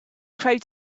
crowd